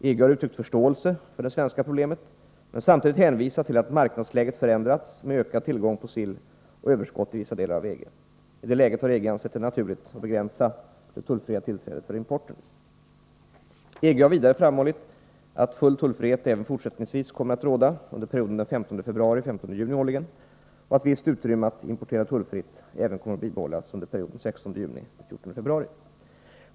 EG har uttryckt förståelse för det svenska problemet men samtidigt hänvisat till att marknadsläget förändrats med ökad tillgång på sill och överskott i vissa delar av EG. I detta läge har EG ansett det naturligt att begränsa det tullfria tillträdet för importen. EG har vidare framhållit att full tullfrihet även fortsättningsvis kommer att råda under perioden den 15 februari-den 15 juni årligen och att visst Nr 95 utrymme att importera tullfritt även kommer att bibehållas under perioden Fredagen den den 16 juni — den 14 februari.